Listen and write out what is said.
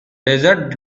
desert